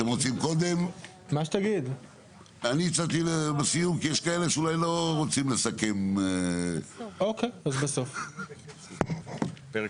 פרק